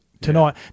tonight